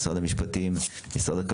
משרד המשפטים,